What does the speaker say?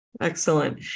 excellent